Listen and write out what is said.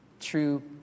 true